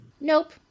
Nope